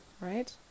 right